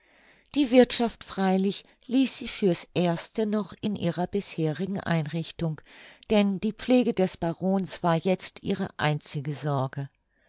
die wirthschaft freilich ließ sie für's erste noch in ihrer bisherigen einrichtung denn die pflege des barons war jetzt ihre einzige sorge